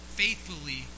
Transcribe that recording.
faithfully